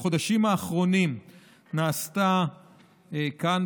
בחודשים האחרונים נעשתה כאן,